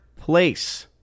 place